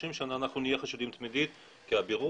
30 אנחנו נהיה חשודים תמידית כי בירור